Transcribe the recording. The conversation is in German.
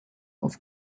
auf